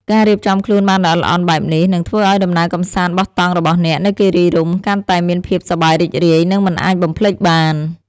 ការរៀបចំខ្លួនបានល្អិតល្អន់បែបនេះ នឹងធ្វើឲ្យដំណើរកម្សាន្តបោះតង់របស់អ្នកនៅគិរីរម្យកាន់តែមានភាពសប្បាយរីករាយ និងមិនអាចបំភ្លេចបាន។